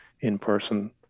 in-person